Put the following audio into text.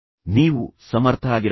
ನೀವು ಸಮರ್ಥರಾಗಿರಬೇಕು